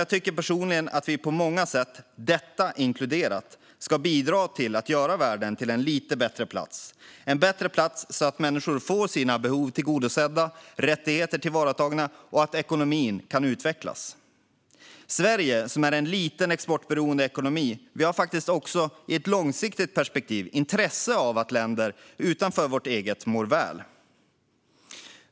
Jag tycker personligen att vi på många sätt, detta inkluderat, ska bidra till att göra världen till en lite bättre plats, så att människor får sina behov tillgodosedda och rättigheter tillvaratagna och så att ekonomin kan utvecklas. Sverige, som har en liten och exportberoende ekonomi, har i ett långsiktigt perspektiv intresse av att länder utanför vårt eget mår väl.